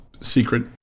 secret